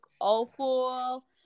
awful